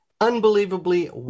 unbelievably